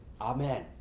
amen